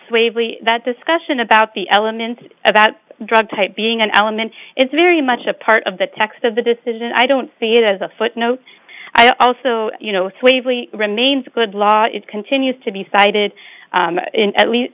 gravely that discussion about the element about drug type being an element is very much a part of the text of the decision i don't see it as a footnote i also you know waverly remains a good law it continues to be cited at least